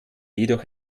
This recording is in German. jedoch